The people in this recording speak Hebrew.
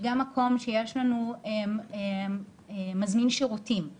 שגם מקום שיש לנו מזמין שירותים,